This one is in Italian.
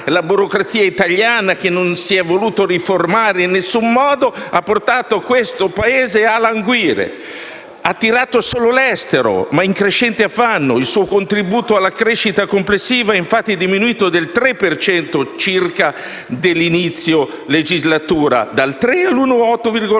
la burocrazia italiana, che non si è voluto riformare in alcun modo, hanno portato questo Paese a languire. Ha tirato solo l'estero, ma in crescente affanno. Il suo contributo alla crescita complessiva è infatti diminuito dall'inizio della legislatura, passando